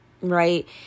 right